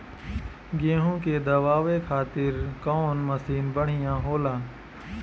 गेहूँ के दवावे खातिर कउन मशीन बढ़िया होला?